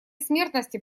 смертности